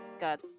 got